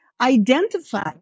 identify